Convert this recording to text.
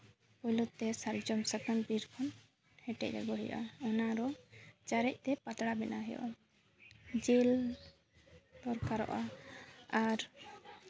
ᱯᱳᱭᱞᱳ ᱛᱮ ᱥᱟᱨᱡᱚᱢ ᱥᱟᱠᱟᱢ ᱵᱤᱨᱠᱷᱚᱱ ᱦᱮᱴᱮᱡ ᱟᱹᱜᱩ ᱦᱩᱭᱩᱜᱼᱟ ᱚᱱᱟ ᱟᱨᱚ ᱪᱟᱨᱮᱡ ᱛᱮ ᱯᱟᱛᱲᱟ ᱵᱮᱱᱟᱣ ᱦᱩᱭᱩᱜᱼᱟ ᱡᱤᱞ ᱫᱚᱨᱠᱟᱨᱚᱜᱼᱟ ᱟᱨ